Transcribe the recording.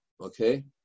okay